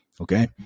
Okay